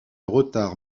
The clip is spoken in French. retard